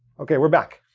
okay, we're back.